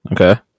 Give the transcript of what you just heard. Okay